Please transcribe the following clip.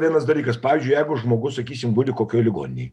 vienas dalykas pavyzdžiui jeigu žmogus sakysim guli kokioj ligoninėj